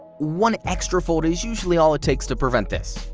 one extra fold is usually all it takes to prevent this.